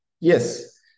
Yes